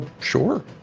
sure